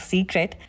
Secret